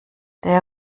der